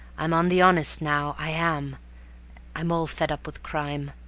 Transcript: i'm on the honest now, i am i'm all fed up with crime.